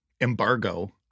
embargo